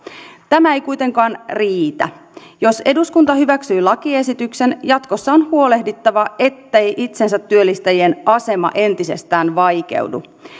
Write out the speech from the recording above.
tämä ei kuitenkaan riitä jos eduskunta hyväksyy lakiesityksen jatkossa on huolehdittava ettei itsensä työllistäjien asema entisestään vaikeudu